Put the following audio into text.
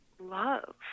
love